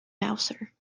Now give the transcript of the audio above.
mouser